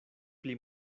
pli